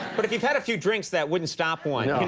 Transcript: but if you've had a few drinks that wouldn't stop one. i mean